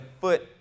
foot